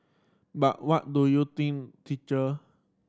but what do you think teacher